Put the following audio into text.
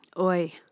Oi